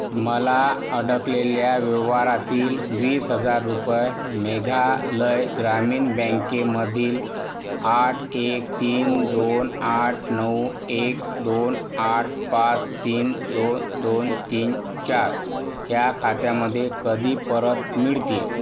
मला अडकलेल्या व्यवहारातील वीस हजार रुपये मेघालय ग्रामीण बँकेमधील आठ एक तीन दोन आठ नऊ एक दोन आठ पाच तीन दोन दोन तीन चार ह्या खात्यामध्ये कधी परत मिळतील